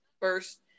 first